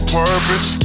purpose